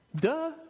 Duh